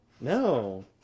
No